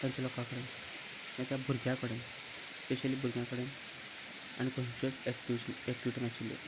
तांच्या लोकां कडेन या त्या भुरग्यां कडेन स्पेशली भुरग्यां कडेन आनी खंयच्योच एक्टिवि एक्टिविटी नाशिल्ल्यो